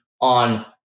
on